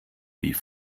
wie